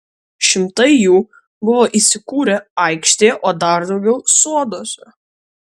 šimtai jų buvo įsikūrę aikštėje o dar daugiau soduose